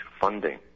funding